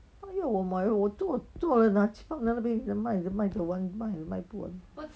他要我买我做做拿抢那边 then 卖的卖 don't want 卖卖不完